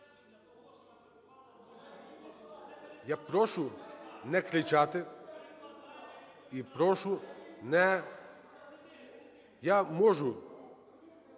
Я прошу не кричати і прошу не… Я можу.